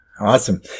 awesome